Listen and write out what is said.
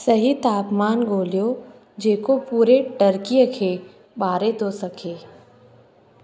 सही तापमान ॻोल्हियो जेको पुरे टर्की खे ॿारे थो सघे